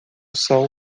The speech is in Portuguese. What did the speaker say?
sol